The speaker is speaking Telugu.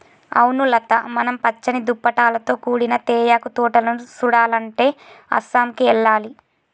అవును లత మనం పచ్చని దుప్పటాలతో కూడిన తేయాకు తోటలను సుడాలంటే అస్సాంకి ఎల్లాలి